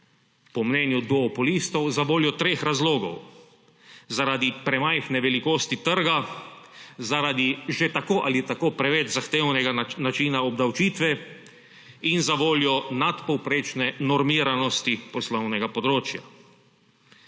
po mnenju duopolistov zavoljo treh razlogov, zaradi premajhne velikosti trga, zaradi že tako ali tako preveč zahtevnega načina obdavčitve in zavoljo nadpovprečne normiranosti poslovnega področja.